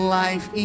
life